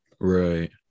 Right